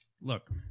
look